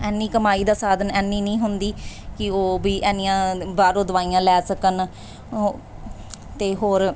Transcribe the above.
ਇੰਨੀ ਕਮਾਈ ਦਾ ਸਾਧਨ ਇੰਨੀ ਨਹੀਂ ਹੁੰਦੀ ਕਿ ਉਹ ਵੀ ਇੰਨੀਆਂ ਬਾਹਰੋਂ ਦਵਾਈਆਂ ਲੈ ਸਕਣ ਉਹ ਅਤੇ ਹੋਰ